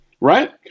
Right